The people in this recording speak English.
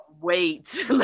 wait